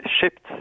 shipped